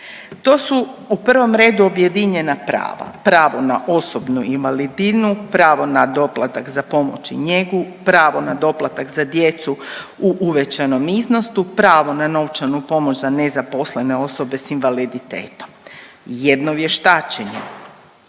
To su u prvom redu, objedinjena prava. Pravo na osobnu invalidinu, pravo na doplatak za pomoć i njegu, pravo na doplatak za djecu u uvećanom iznosu, pravo na novčanu pomoć za nezaposlene osobe s invaliditetom, jedno vještačenje.